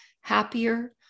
happier